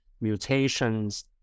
mutations